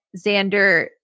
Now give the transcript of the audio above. Xander